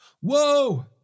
Whoa